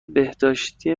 بهداشتی